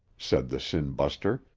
said the sin-buster,